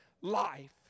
life